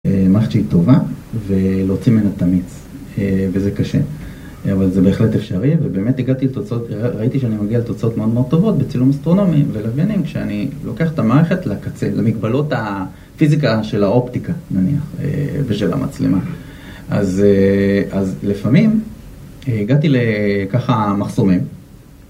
מערכת שהיא טובה, ולהוציא מנה תמיץ, וזה קשה, אבל זה בהחלט אפשרי, ובאמת הגעתי לתוצאות, ראיתי שאני מגיע לתוצאות מאוד מאוד טובות בצילום אסטרונומי ולוויאני, כשאני לוקח את המערכת לקצה, למגבלות הפיזיקה של האופטיקה, נניח, ושל המצלמה. אז לפעמים הגעתי לככה מחסומים.